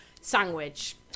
Sandwich